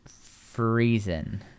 freezing